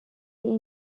این